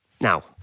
Now